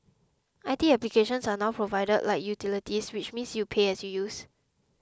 I T applications are now provided like utilities which means you pay as you use